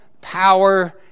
power